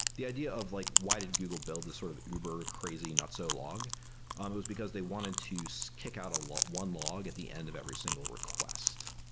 the idea of like why did google build this sort of uber crazy not so log um it was because they wanted to so kick out one log at the end of every single request,